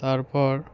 তারপর